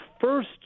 first